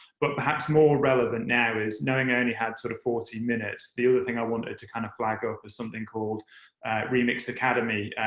but perhaps more relevant now is knowing i only had sort of forty minutes, the other thing i wanted to kind of flag ah up was something called remix academy,